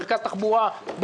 אמרתי, אני חותם על זה.